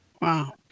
Wow